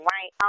Right